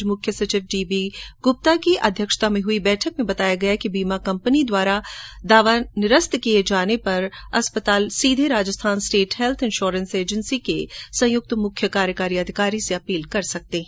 आज मुख्य सचिव डी बी गुप्ता की अध्यक्षता में हुई बैठक में बताया गया कि बीमा कम्पनी द्वारा क्लेम या दावा निरस्त किए जाने पर अस्पताल सीधे Rajasthan state health insurance agency के मुख्य कार्यकारी अधिकारी से अपील कर सकते हैं